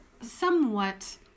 somewhat